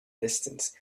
distance